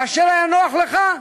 כאשר היה נוח לך,